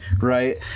right